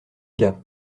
gars